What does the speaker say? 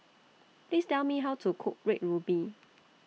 Please Tell Me How to Cook Red Ruby